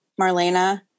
Marlena